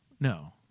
No